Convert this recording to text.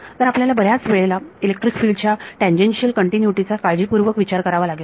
तर आपल्याला बऱ्याच वेळेला इलेक्ट्रिक फिल्ड च्या टॅन्जेनशियल कंटिन्युटी चा काळजीपूर्वक विचार करावा लागेल